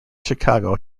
chicago